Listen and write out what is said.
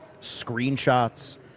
screenshots